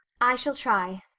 i shall try.